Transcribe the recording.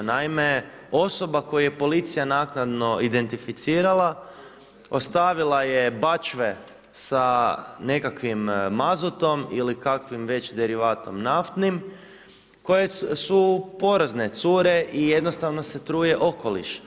Naime, osoba koju je policija naknadno identificirala ostavila je bačve sa nekakvih mazutom ili kakvim većim derivatom naftnim koje su porozne, cure i jednostavno se truje okoliš.